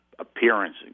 appearance